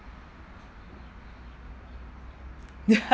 ya